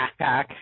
backpack